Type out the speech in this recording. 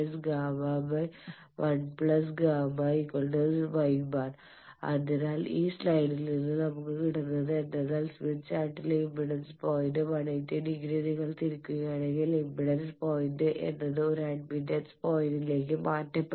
z̄1Γeʲπ1 Γʲπ1 Γ1ΓȲ അതിനാൽ ഈ സ്ലൈഡിൽ നിന്ന് നമുക്ക് കിട്ടുന്നത് എന്തെന്നാൽ സ്മിത്ത് ചാർട്ടിലെ ഇംപെഡൻസ് പോയിന്റ് 180 ഡിഗ്രി നിങ്ങൾ തിരിക്കുകയാണെങ്കിൽ ഇംപെഡൻസ് പോയിന്റ് എന്നത് ഒരു അഡ്മിറ്റൻസ് പോയിന്റിലേക്ക് മാറ്റപ്പെടും